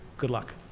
good luck.